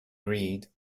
greed